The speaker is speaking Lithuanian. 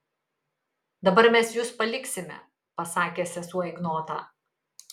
dabar mes jus paliksime pasakė sesuo ignotą